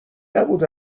نبود